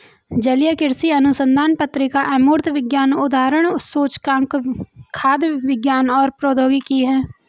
जलीय कृषि अनुसंधान पत्रिका अमूर्त विज्ञान उद्धरण सूचकांक खाद्य विज्ञान और प्रौद्योगिकी है